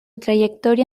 trayectoria